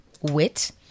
wit